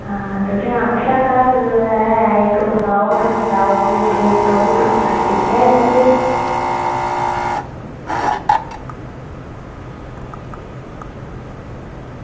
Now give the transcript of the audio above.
आं तुसें आक्खेआ घर ऐ तुस बिकाओ ते दिक्खेआ निं तुसें